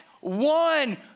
one